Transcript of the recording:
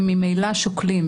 הם ממילא שוקלים.